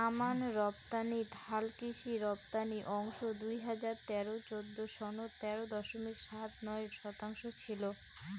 আমান রপ্তানিত হালকৃষি রপ্তানি অংশ দুই হাজার তেরো চৌদ্দ সনত তেরো দশমিক সাত নয় শতাংশ ছিল